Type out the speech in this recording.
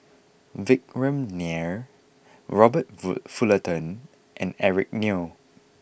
Vikram Nair Robert full Fullerton and Eric Neo